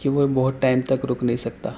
کہ وہ بہت ٹائم تک رک نہیں سکتا